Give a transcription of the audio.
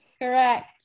Correct